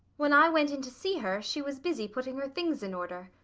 when i went in to see her, she was busy putting her things in order.